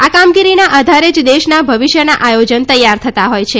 આ કામગીરીના આધારે જ દેશના ભવિષ્યના આયોજન તૈયાર થતાં હોય છે